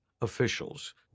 officials